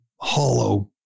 hollow